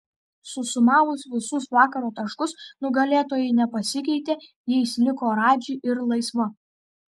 susumavus visus vakaro taškus nugalėtojai nepasikeitė jais liko radži ir laisva